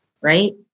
right